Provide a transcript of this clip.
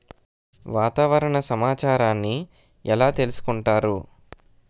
వాతావరణ సమాచారాన్ని ఎలా తెలుసుకుంటారు?